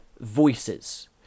voices